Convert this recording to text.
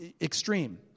extreme